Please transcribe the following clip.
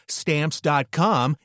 stamps.com